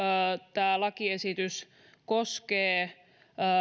tämä lakiesitys koskee